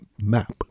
map